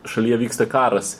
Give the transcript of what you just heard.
šalyje vyksta karas